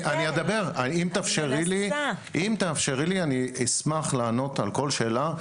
אם תאפשרי לי, אשמח לענות על כל שאלה.